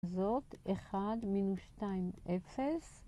זאת אחד מינוס שתיים אפס.